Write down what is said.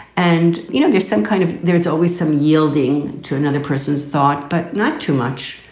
and, you know, there's some kind of there's always some yielding to another person's thought, but not too much.